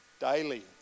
daily